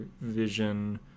Vision